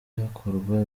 hakorwa